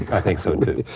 i think so, too.